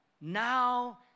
now